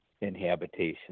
inhabitation